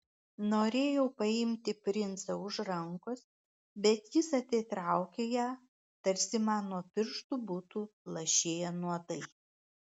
norėjau paimti princą už rankos bet jis atitraukė ją tarsi man nuo pirštų būtų lašėję nuodai